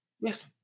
Yes